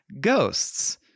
Ghosts